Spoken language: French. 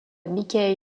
michael